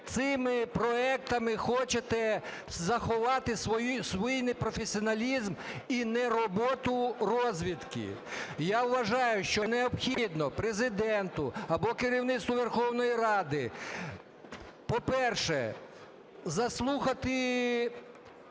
цими проектами хочете заховати свій непрофесіоналізм і нероботу розвідки. Я вважаю, що необхідно Президенту або керівництву Верховної Ради, по-перше, заслухати